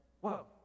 whoa